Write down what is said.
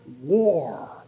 war